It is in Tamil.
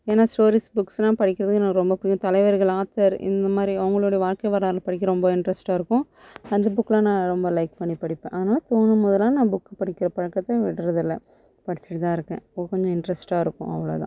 ஏன்னா ஸ்டோரிஸ் புக்ஸுலாம் படிக்கிறதுக்கு எனக்கு ரொம்ப பிடிக்கும் தலைவர்கள் ஆத்தர் இந்த மாதிரி அவங்களோட வாழ்க்கை வரலாறை படிக்க ரொம்ப இன்ட்ரஸ்ட்டாக இருக்கும் அந்த புக்குலாம் நான் ரொம்ப லைக் பண்ணி படிப்பேன் ஆனால் கொஞ்சம் நேரம் நான் புக்கு படிக்கிற பழக்கத்தை விடுறதில்ல படிச்சிட்டு தான் இருக்கேன் இன்ட்ரஸ்ட்டாக இருக்கும் அவ்வளோ தான்